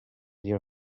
your